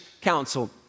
council